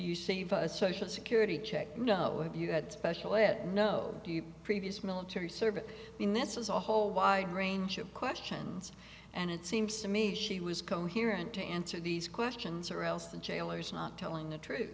you see a social security check no have you had special ed no previous military service in this is a whole wide range of questions and it seems to me she was coherent to answer these questions or else the jailer's not telling the truth